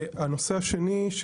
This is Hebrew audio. הנושא השני,